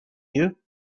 you